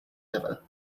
ever